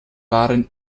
waren